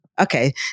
Okay